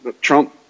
Trump